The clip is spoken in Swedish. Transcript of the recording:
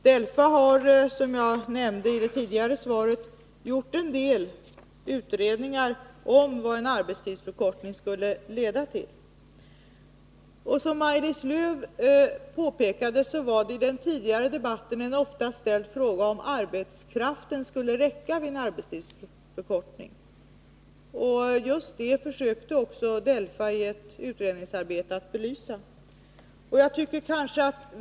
Delegationen har, som jag nämnde i det tidigare svaret, gjort en del utredningar om vad en arbetstidsförkortning skulle leda till. Som Maj-Lis Lööw påpekade ställdes i den tidigare debatten ofta frågan om arbetskraften skulle räcka vid en arbetstidsförkortning. Just det försökte DELFA att belysa i ett utredningsarbete.